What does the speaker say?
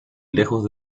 lejos